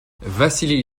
vassili